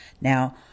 Now